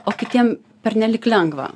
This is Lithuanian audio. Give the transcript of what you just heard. o kitiem pernelyg lengva